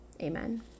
amen